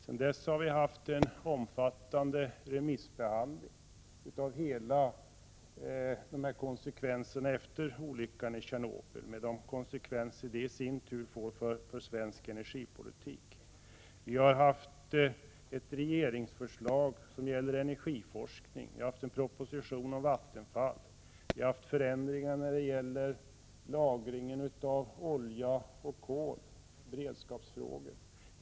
Sedan dess har vi haft en omfattande remissbehandling av samtliga konsekvenser av olyckan i Tjernobyl och de konsekvenser det i sin tur får för svensk energipolitik. Vi har fått ett regeringsförslag som gäller energiforskning. Det har framlagts en proposition om Vattenfall. Vi har genomfört förändringar när det gäller lagringen av olja och kol i beredskapssyfte.